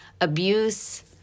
abuse